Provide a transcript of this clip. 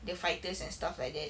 the fighters and stuff like that